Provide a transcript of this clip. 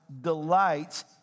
delights